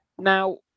Now